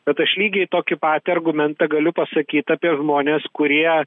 bet aš lygiai tokį patį argumentą galiu pasakyt apie žmones kurie